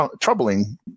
troubling